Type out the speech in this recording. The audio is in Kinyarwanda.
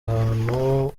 ahantu